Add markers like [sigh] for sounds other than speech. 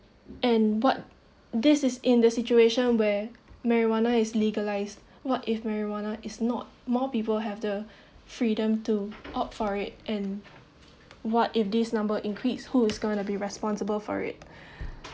and what this is in the situation where marijuana is legalised what if marijuana is not more people have the freedom to opt for it and what if this number increase who is going to be responsible for it [breath]